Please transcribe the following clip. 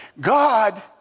God